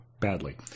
badly